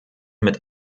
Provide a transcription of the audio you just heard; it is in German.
mit